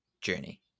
journey